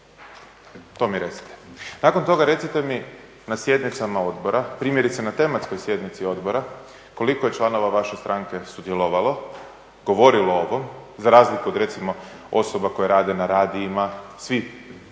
To mi recite. Nakon toga recite mi na sjednicama odbora, primjerice na tematskoj sjednici odbora, koliko je članova vaše stranke sudjelovalo, govorilo o ovom za razliku od recimo osoba koje rade na radijima, svi